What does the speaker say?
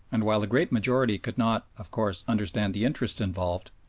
and while the great majority could not, of course, understand the interests involved,